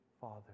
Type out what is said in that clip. Father